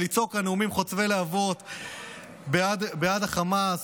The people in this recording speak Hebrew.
ולצעוק בנאומים חוצבי להבות בעד החמאס,